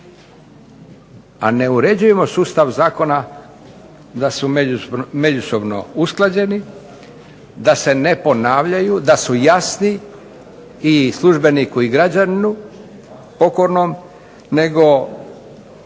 a ne uređujemo sustav zakona da su međusobno usklađeni, da se ne ponavljaju, da su jasni i službeniku i građaninu pokornom, nego